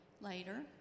later